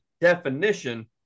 definition